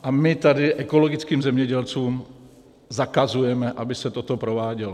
A my tady ekologickým zemědělcům zakazujeme, aby se toto provádělo.